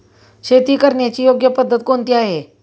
शेती करण्याची योग्य पद्धत कोणती आहे?